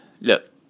look